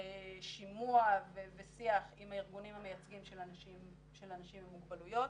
שימוע ושיח עם הארגונים המייצגים של האנשים עם מוגבלויות,